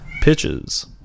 pitches